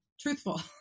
truthful